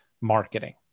marketing